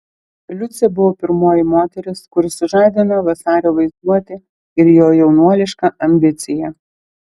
liucė buvo pirmoji moteris kuri sužadino vasario vaizduotę ir jo jaunuolišką ambiciją